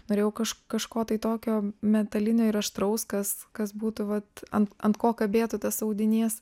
norėjau kaž kažko tokio metalinio ir aštraus kas kas būtų vat ant ant ko kabėtų tas audinys